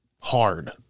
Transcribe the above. hard